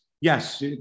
yes